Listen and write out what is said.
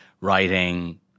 writing